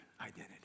identity